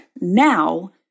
now